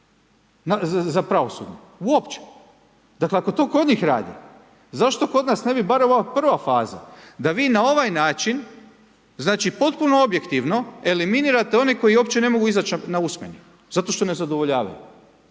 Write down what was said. za pravosudni, uopće, dakle ako to kod njih rade, zašto kod nas ne bi bar ova prva faza da vi na ovaj način, znači potpuno objektivno eliminirate one koji uopće ne mogu izaći na usmeni, zašto što ne zadovoljavaju.